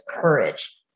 courage